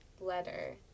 letter